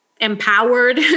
empowered